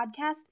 podcast-